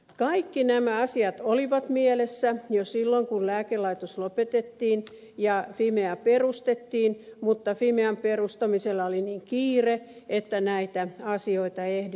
kaikki nämä asiat olivat mielessä jo silloin kun lääkelaitos lopetettiin ja fimea perustettiin mutta fimean perustamisella oli niin kiire että näitä asioita ei ehditty hoitaa